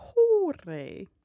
Hooray